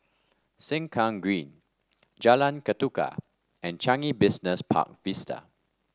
Sengkang Green Jalan Ketuka and Changi Business Park Vista